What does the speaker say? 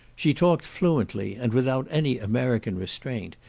she talked fluently, and without any american restraint,